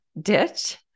ditch